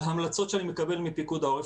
על המלצות שאני מקבל מפיקוד העורף,